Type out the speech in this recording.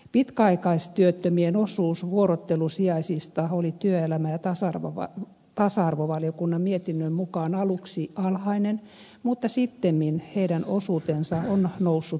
pitkäaikaistyöttömien osuus vuorottelusijaisista oli työelämä ja tasa arvovaliokunnan mietinnön mukaan aluksi alhainen mutta sittemmin heidän osuutensa on noussut mukavasti